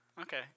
Okay